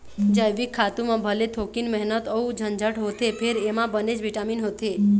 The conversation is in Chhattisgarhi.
जइविक खातू म भले थोकिन मेहनत अउ झंझट होथे फेर एमा बनेच बिटामिन होथे